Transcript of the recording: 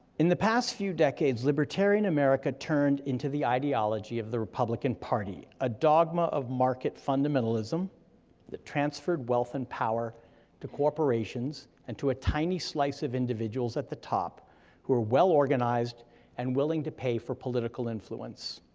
in the past few decades, libertarian america turned into the ideology of the republican party, a dogma of market fundamentalism that transferred wealth and power to corporations, and to a tiny slice of individuals at the top who are well organized and willing to pay for political influence.